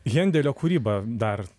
hendelio kūryba dar